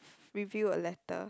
review a letter